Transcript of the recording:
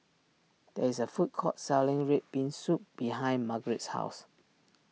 there is a food court selling Red Bean Soup behind Margret's house